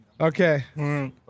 Okay